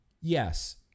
yes